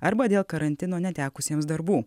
arba dėl karantino netekusiems darbų